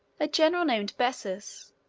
a general named bessus,